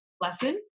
lesson